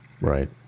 Right